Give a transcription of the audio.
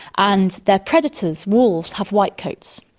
and their predators wolves have white coats.